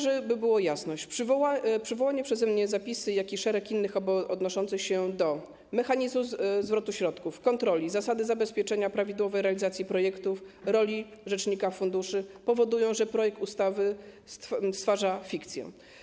Żeby była jasność, przywołane przeze mnie zapisy i szereg innych odnoszących się do mechanizmu zwrotu środków, kontroli, zasady zabezpieczenia prawidłowej realizacji projektów, roli rzecznika, funduszy powodują, że projekt ustawy stwarza fikcję.